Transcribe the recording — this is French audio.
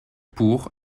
pour